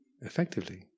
effectively